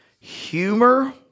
humor